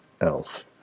else